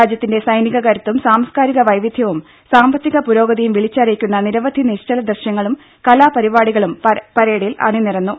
രാജ്യത്തിന്റെ സൈനിക കരുത്തും സാംസ്കാരിക വൈവിധ്യവും സാമ്പത്തിക പുരോഗതിയും വിളിച്ചറിയിക്കുന്ന നിരവധി നിശ്ചല ദൃശ്യങ്ങളും കലാപരിപാടികളും അണിനിരന്നു